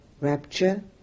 rapture